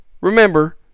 Remember